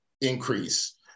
increase